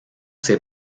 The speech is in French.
ces